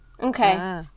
Okay